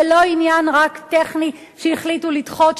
זה לא רק עניין טכני שהחליטו לדחות,